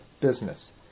business